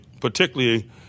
particularly